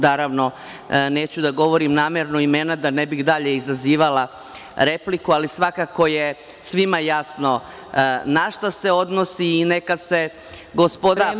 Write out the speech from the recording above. Naravno, neću da govorim namerno imena da ne bih dalje izazivala repliku, ali svakako je svima jasno na šta se odnosi i neka se gospoda poslanici…